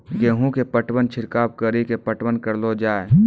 गेहूँ के पटवन छिड़काव कड़ी के पटवन करलो जाय?